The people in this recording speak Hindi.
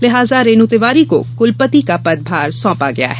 लिहाजा रेनू तिवारी को कुलपति का पद भार सौंपा गया है